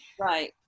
Right